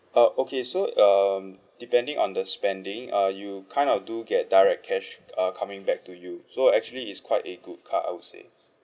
uh okay so um depending on the spending uh you kind of do get direct cash uh coming back to you so actually it's quite a good card I would say